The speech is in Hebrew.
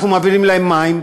אנחנו מעבירים להם מים,